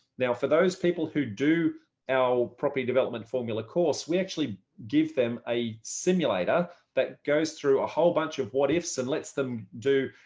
now for those people who do our property development formula course, we actually give them a simulator that goes through a whole bunch of what ifs and lets them do,